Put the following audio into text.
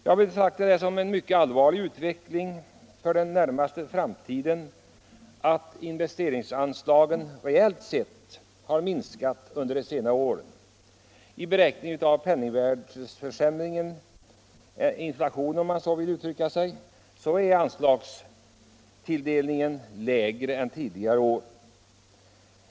Jag betraktar det som mycket allvarligt för den framtida utvecklingen att investeringsanslagen reellt sett minskat under senare år. Med tanke på penningvärdeförsämringen — inflationen, om man så vill — blir anslagstilldelningen nu lägre än tidigare år.